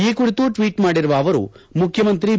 ಈ ಕುರಿತು ಟ್ವೀಟ್ ಮಾಡಿರುವ ಅವರು ಮುಖ್ಯಮಂತ್ರಿ ಬಿ